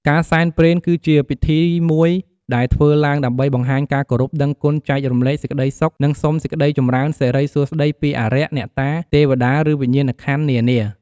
ការសែនព្រេនគឺជាពិធីមួយដែលធ្វើឡើងដើម្បីបង្ហាញការគោរពដឹងគុណចែករំលែកសេចក្តីសុខនិងសុំសេចក្តីចម្រើនសិរីសួស្តីពីអារក្សអ្នកតាទេវតាឬវិញ្ញាណក្ខន្ធនានា។